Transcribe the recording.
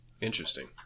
Interesting